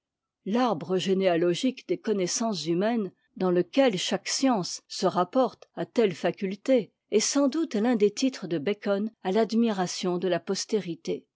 l'arbre généalogique des connaissances humaines dans lequel chaque science se rapporte à telle faculté est sans doute l'un des titres de bacon à l'admiration de la postérité